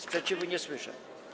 Sprzeciwu nie słyszę.